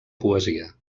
poesia